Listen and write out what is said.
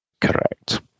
Correct